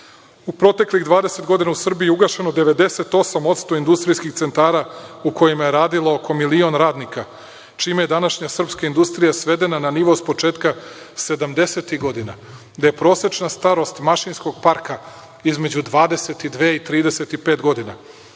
proteklih 20 godina u Srbiju je ugašeno 98% industrijskih centara u kojima je radilo oko milion radnika, čime je današnja srpska industrija svedena na nivo s početka 70-ih godina, gde je prosečna starost mašinskog parka između 22 i 35 godina.